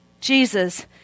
Jesus